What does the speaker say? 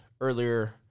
earlier